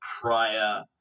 prior